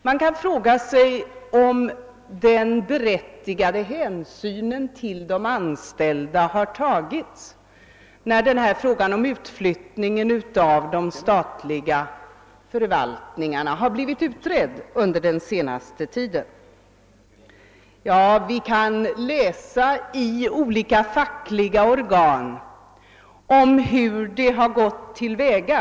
Det kan ifrågasättas om berättigad hänsyn till de anställda har tagits när frågan om utflyttningen av de statliga förvaltningarna under den senaste tiden utretts. Vi kan i olika fackliga organ läsa om hur man har gått till väga.